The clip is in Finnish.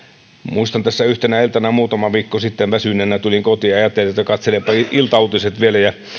muistan että kun tässä yhtenä iltana muutama viikko sitten väsyneenä tulin kotiin ja ajattelin että katselenpa iltauutiset vielä ja